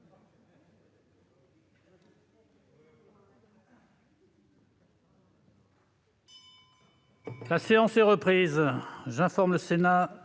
La séance est reprise. J'informe le Sénat